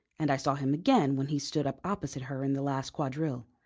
and i saw him again when he stood up opposite her in the last quadrille,